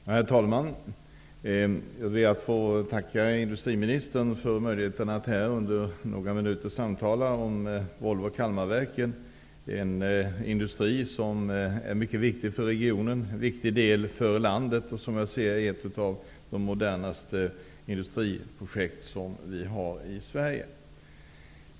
Herr talman! Jag ber att få tacka näringsministern för möjligheten att här under några minuter samtala om Volvo Kalmarverken. Det är en industri som är mycket viktig för regionen, viktig för landet, och som jag ser det ett av de modernaste industriprojekt som vi har i Sverige.